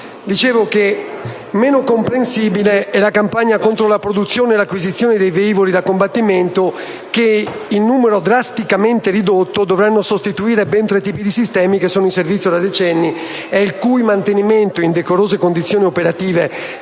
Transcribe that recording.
militari. Meno comprensibile è la campagna contro la produzione e l'acquisizione dei velivoli da combattimento che, in numero drasticamente ridotto, dovranno sostituire ben tre tipi di sistemi che sono in servizio da decenni e il cui mantenimento in decorose condizioni operative sta